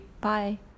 Bye